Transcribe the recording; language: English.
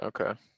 Okay